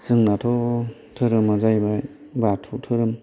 जोंनाथ' धोरामा जाहैबाय बाथौ धोरोम